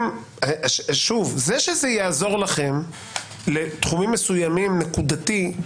אבל זה שזה יעזור לכם לתחומים מסוימים נקודתית,